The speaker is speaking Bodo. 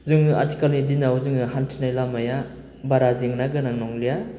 जोङो आथिखालनि दिनाव जोङो हान्थिनाय लामाया बारा जेंना गोनां नंलिया